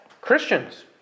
Christians